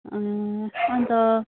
अन्त